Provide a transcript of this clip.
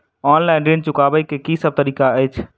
Online ऋण चुकाबै केँ की सब तरीका अछि?